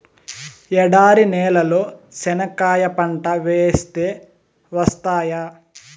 ఎడారి నేలలో చెనక్కాయ పంట వేస్తే వస్తాయా?